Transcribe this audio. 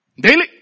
Daily